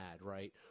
right